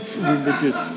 Religious